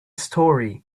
story